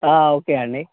okay అండి